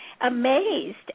amazed